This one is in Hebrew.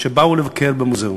שבאו לבקר במוזיאון,